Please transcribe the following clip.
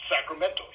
Sacramento